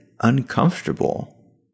uncomfortable